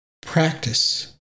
Practice